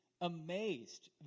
amazed